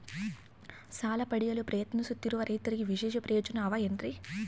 ಸಾಲ ಪಡೆಯಲು ಪ್ರಯತ್ನಿಸುತ್ತಿರುವ ರೈತರಿಗೆ ವಿಶೇಷ ಪ್ರಯೋಜನ ಅವ ಏನ್ರಿ?